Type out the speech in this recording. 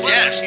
Yes